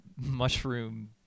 mushroom